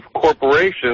corporations